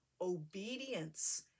obedience